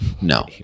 No